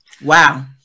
Wow